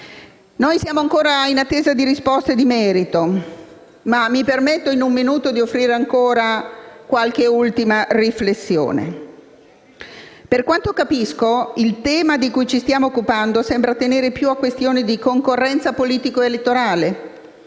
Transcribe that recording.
Siamo ancora in attesa di risposte di merito. Mi permetto di offrire brevemente qualche ultima riflessione. Per quanto capisco, il tema di cui ci stiamo occupando sembra attenere più a questioni di concorrenza politica ed elettorale